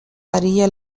அறிய